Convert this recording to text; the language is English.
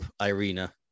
Irina